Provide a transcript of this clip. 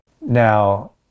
Now